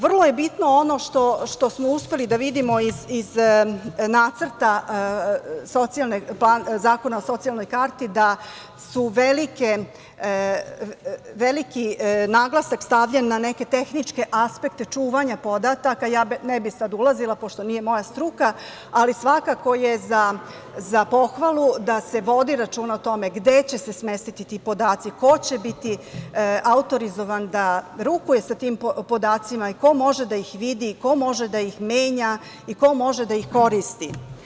Vrlo je bitno ono što smo uspeli da vidimo iz Nacrta zakona o socijalnoj karti da je veliki naglasak stavljen na neke tehničke aspekte čuvanja podataka, ja ne bih sada ulazila, pošto nije moja struka, ali svakako je za pohvalu da se vodi računa o tome gde će se smestiti ti podaci, ko će biti autorizovan da rukuje sa tim podacima i ko može da ih vidi, i ko može da ih menja, i ko može da ih koristi.